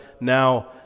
Now